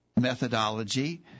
methodology